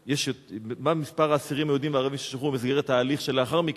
מה מספר האסירים היהודים והערבים ששוחררו במסגרת תהליך שלאחר מכן?